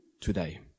today